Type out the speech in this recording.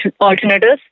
alternatives